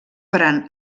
faran